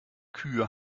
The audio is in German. kühe